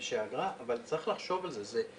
זה לא